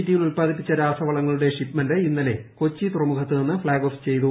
T യിൽ ഉൽപ്പാദിപ്പിച്ച രാസവളങ്ങളുടെ ഷിപ്പ്മെന്റ് ഇന്നലെ കൊച്ചി തുറമുഖത്ത് ത്ലിന്ന് ഫ്ളാഗ് ഓഫ് ചെയ്തു